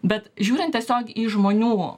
bet žiūrint tiesiog į žmonių